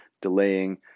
delaying